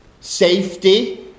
safety